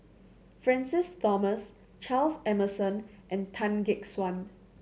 Francis Thomas Charles Emmerson and Tan Gek Suan